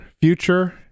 Future